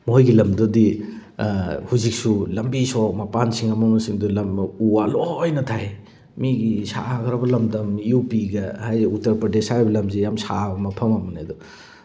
ꯃꯈꯣꯏꯒꯤ ꯂꯝꯗꯨꯗꯗꯤ ꯍꯧꯖꯤꯛꯁꯨ ꯂꯝꯕꯤ ꯁꯣꯔꯣꯛ ꯃꯄꯥꯟꯁꯤꯡ ꯑꯃꯃꯁꯤꯡꯗꯣ ꯂꯝ ꯎ ꯋꯥ ꯂꯣꯏꯅ ꯊꯥꯏ ꯃꯤꯒꯤ ꯁꯥꯈ꯭ꯔꯕ ꯂꯝꯗꯝ ꯌꯨ ꯄꯤꯒ ꯍꯥꯏꯔꯤ ꯎꯇꯔꯄ꯭ꯔꯗꯦꯁ ꯍꯥꯏꯔꯤꯕ ꯂꯝꯁꯦ ꯌꯥꯝ ꯁꯥꯕ ꯃꯐꯝ ꯑꯃꯅꯦ ꯑꯗꯣ